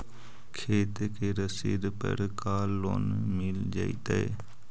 खेत के रसिद पर का लोन मिल जइतै?